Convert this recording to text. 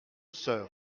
sœur